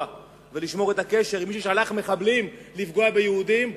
ולשמור קשר עם מי ששלח מחבלים לפגוע ביהודים,